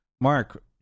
Mark